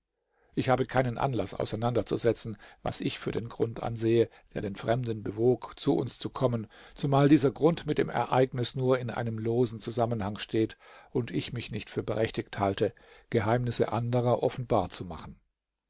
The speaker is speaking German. ich habe keinen anlaß auseinanderzusetzen was ich für den grund ansehe der den fremden bewog zu uns zu kommen zumal dieser grund mit dem ereignis nur in einem losen zusammenhang steht und ich mich nicht für berechtigt halte geheimnisse anderer offenbar zu machen